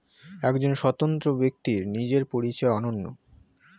একজন স্বতন্ত্র ব্যক্তির নিজের পরিচয় অনন্য